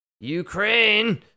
Ukraine